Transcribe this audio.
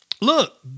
Look